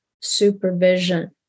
supervision